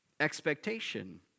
expectation